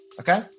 okay